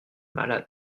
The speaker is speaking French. malade